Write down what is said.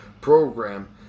program